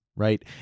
Right